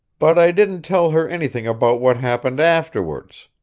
but i didn't tell her anything about what happened afterwards.